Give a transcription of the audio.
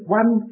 one